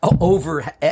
over